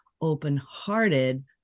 open-hearted